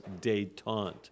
detente